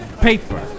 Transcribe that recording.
paper